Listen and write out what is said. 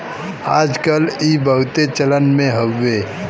आज कल ई बहुते चलन मे हउवे